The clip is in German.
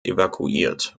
evakuiert